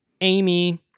Amy